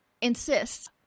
insists